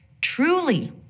Truly